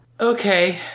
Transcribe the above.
Okay